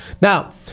Now